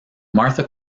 martha